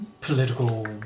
political